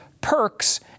perks